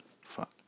fuck